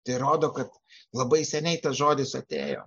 tai rodo kad labai seniai tas žodis atėjo